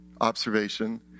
observation